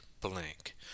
blank